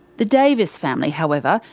the davis family however,